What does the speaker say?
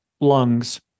lungs